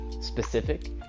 specific